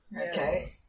Okay